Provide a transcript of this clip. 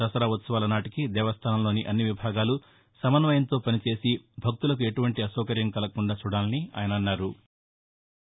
దసరా ఉత్సవాల నాటికి దేవస్థానంలోని అన్ని విభాగాలు సమన్వయంతో పనిచేసి భక్తులకు ఎటువంటి అసౌకర్యం కలగకుండా చూడాలని అన్నారు